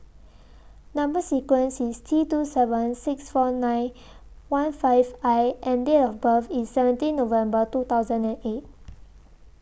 Number sequence IS T two seven six four nine one five I and Date of birth IS seventeen November two thousand and eight